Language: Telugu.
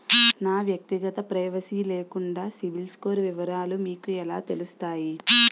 నా వ్యక్తిగత ప్రైవసీ లేకుండా సిబిల్ స్కోర్ వివరాలు మీకు ఎలా తెలుస్తాయి?